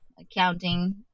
accounting